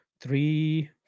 three